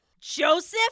Joseph